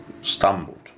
Stumbled